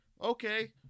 Okay